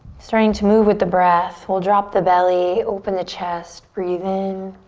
starting to move with the breath we'll drop the belly, open the chest, breath in